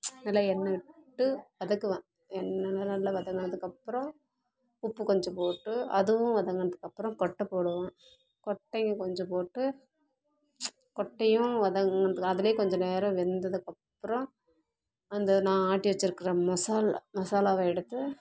நல்லா எண்ணெய் விட்டு வதக்குவேன் எண்ணெயெலாம் நல்லா வதங்குனதுக்கு அப்புறம் உப்பு கொஞ்சோம் போட்டு அதுவும் வதங்குனதுக்கு அப்பறம் கொட்டை போடுவேன் கொட்டயை கொஞ்சோம் போட்டு கொட்டையும் வதங்குனதுக்கு அதுலேயே கொஞ்சம் நேரம் வெந்ததுக்கு அப்புறம் அந்த நான் ஆட்டி வச்சுருக்குற மசாலா மசாலாவை எடுத்து